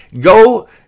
go